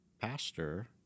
pastor